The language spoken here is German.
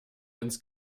ins